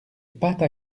pâte